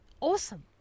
awesome